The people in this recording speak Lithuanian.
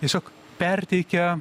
tiesiog perteikia